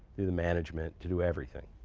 do the management, to do everything.